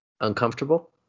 Uncomfortable